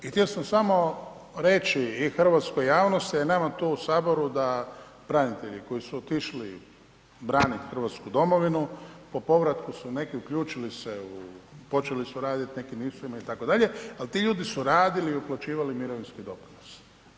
I htio sam samo reći i hrvatskoj javnosti, a i nama tu u Saboru da branitelji koji su otišli braniti Hrvatsku domovinu po povratku su se neki uključili, počeli su raditi u nekim … itd., ali tu ljudi su radili i uplaćivali mirovinski doprinos.